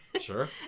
sure